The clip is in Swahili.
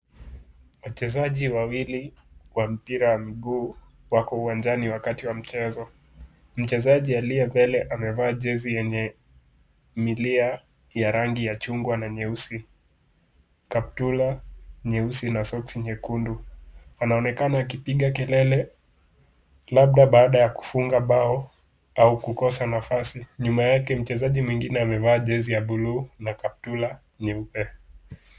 Wachezaji wawili wa mpira wa mguu wako uwanjani wakati wa mchezo. Mchezaji aliye mbele amevaa jezi yenye milia ya rangi ya chungwa na nyeusi, kaptula nyeusi na soksi nyekundu. Anaonekana akipiga kelele labda baada ya kufunga bao au kukosa nafasi. Nyuma yake mchezaji mwingine amevaa jezi ya buluu na kaptula nyeupe.